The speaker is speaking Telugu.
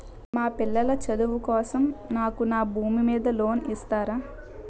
మా పిల్లల చదువు కోసం నాకు నా భూమి మీద లోన్ ఇస్తారా?